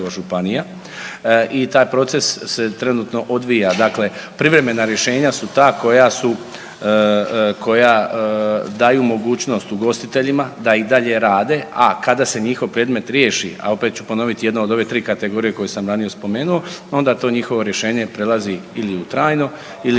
i taj proces se trenutno odvija. Dakle, privremena rješenja su ta koja su, koja daju mogućnost ugostiteljima da i dalje rade, a kada se njihov predmet riješi, a opet ću ponoviti jedna od ove tri kategorije koje sam ranije spomenuo, onda to njihovo rješenje prelazi ili u trajno ili